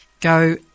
Go